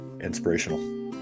inspirational